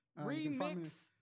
Remix